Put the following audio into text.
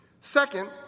Second